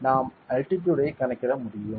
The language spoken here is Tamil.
நாம் அல்டிடியூட் ஐ கணக்கிட முடியும்